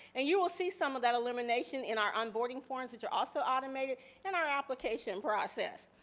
and you will see some of that elimination in our on-boarding forms which are also automateed in our application process.